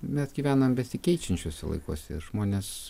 mes gyvenam besikeičiančiuose laikuose ir žmonės